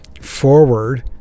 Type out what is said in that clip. forward